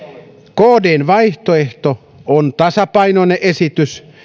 kdn vaihtoehto on tasapainoinen esitys